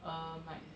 um like